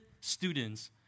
students